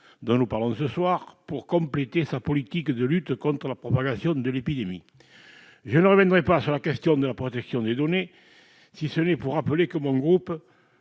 dont nous parlons ce soir, pour compléter sa politique de lutte contre la propagation de l'épidémie. Je ne reviendrai pas sur la question de la protection des données, si ce n'est pour rappeler que mon groupe,